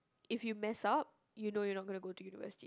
if you mess up you know you're not gonna go to university